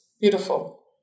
Beautiful